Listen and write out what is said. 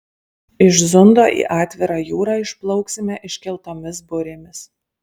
iš zundo į atvirą jūrą išplauksime iškeltomis burėmis